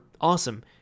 awesome